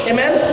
Amen